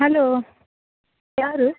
hello ಯಾರು